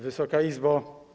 Wysoka Izbo!